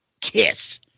Kiss